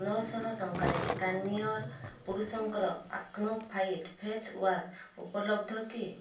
ନଅଶହ ଟଙ୍କାରେ ଗାର୍ନିଅର ପୁରୁଷଙ୍କର ଆକ୍ନୋ ଫାଇଟ୍ ଫେସ୍ୱାଶ୍ ଉପଲବ୍ଧ କି